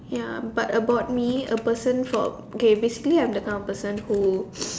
ya but about me a person for okay basically I'm the kind of person who